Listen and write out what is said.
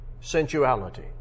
Sensuality